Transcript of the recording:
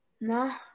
No